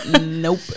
Nope